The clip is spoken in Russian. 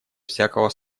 всякого